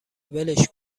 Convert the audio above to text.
ولش